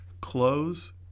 close